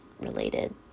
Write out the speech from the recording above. related